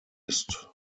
ist